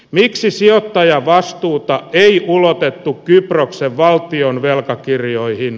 miksi sijoittajavastuuta ei ulotettu kyproksen valtion velkakirjoihin